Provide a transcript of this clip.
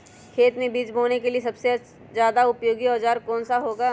खेत मै बीज बोने के लिए सबसे ज्यादा उपयोगी औजार कौन सा होगा?